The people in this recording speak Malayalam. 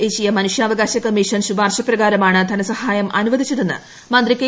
ദേശീയ മനുഷ്യാവകാശ കമ്മീഷൻ ശുപാർശ പ്രകാരമാണ് ധനസഹായം അനുവദിച്ചതെന്ന് മന്ത്രി കെ